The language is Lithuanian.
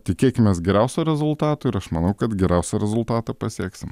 tikėkimės geriausio rezultato ir aš manau kad geriausią rezultatą pasieksim